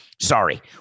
Sorry